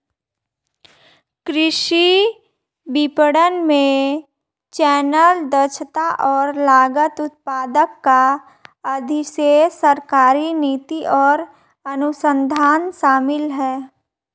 कृषि विपणन में चैनल, दक्षता और लागत, उत्पादक का अधिशेष, सरकारी नीति और अनुसंधान शामिल हैं